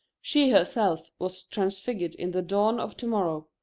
she herself was transfigured in the dawn of tomorrow,